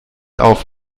auf